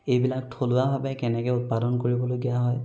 এইবিলাক থলুৱাভাৱে কেনেকৈ উৎপাদন কৰিবলগীয়া হয়